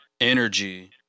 energy